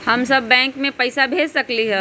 हम सब बैंक में पैसा भेज सकली ह?